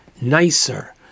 nicer